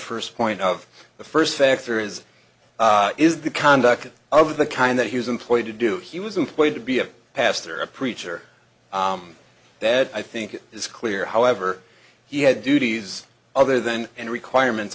first point of the first factor is is the conduct of the kind that he was employed to do he was employed to be a pastor a preacher that i think it is clear however he had duties other than and requirements